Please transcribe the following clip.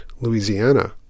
Louisiana